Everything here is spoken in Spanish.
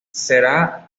será